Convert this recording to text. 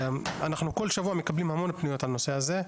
אנחנו כל שבוע מקבלים המון פניות על הנושא הזה,